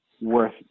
worth